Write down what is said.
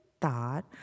thought